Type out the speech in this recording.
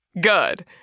good